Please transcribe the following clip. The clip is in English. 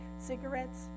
cigarettes